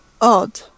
odd